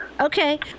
Okay